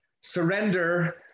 Surrender